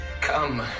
Come